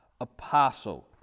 apostle